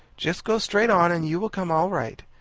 just go straight on, and you will come all right.